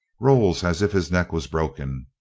rolls as if his neck was broken.